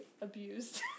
abused